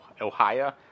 Ohio